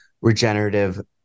regenerative